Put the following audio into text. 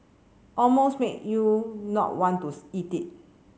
almost make you not want to eat it